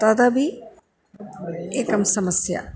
तदपि एकं समस्या